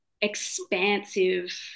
expansive